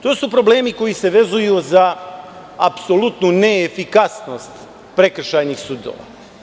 To su problemi koji se vezuju za apsolutnu neefikasnost prekršajnih sudova.